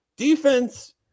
defense